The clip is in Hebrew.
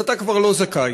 אז אתה כבר לא זכאי.